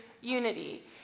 unity